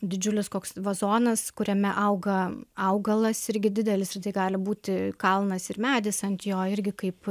didžiulis koks vazonas kuriame auga augalas irgi didelis ir tai gali būti kalnas ir medis ant jo irgi kaip